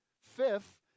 Fifth